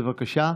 בבקשה.